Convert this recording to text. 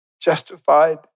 justified